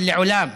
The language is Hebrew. אבל לעולם,